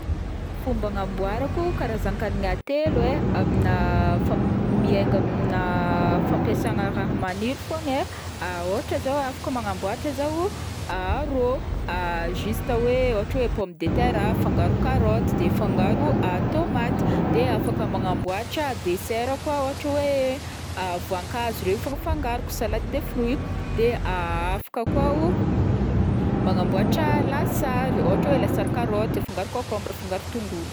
Fomba anamboarako karazan-kagnina telo e, amina fa- miainga amina fampiasana raha maniry fogna e, ôhatra zao afaka manamboatra zao a rô, juste hoe ôhatra hoe pomme de terre afangaro carrote, de afangaro tomaty, de afaka manamboatra dessert koa, ôhatra hoe voankazo regny fogna afangaro salade de fruit de afaka koa manamboatra lasary ôhatra lasary caroty afangaro concombre afangaro tongolo.